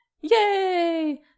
Yay